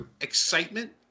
excitement